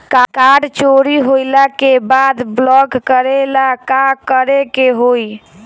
Card चोरी होइला के बाद ब्लॉक करेला का करे के होई?